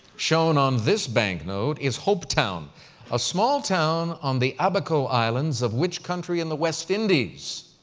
shown on this banknote, is hope town a small town on the abaco islands of which country in the west indies?